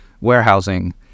warehousing